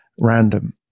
random